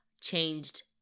changed